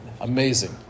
Amazing